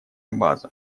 база